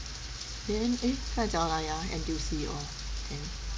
then eh 刚才讲到哪里 ah N_T_U_C hor okay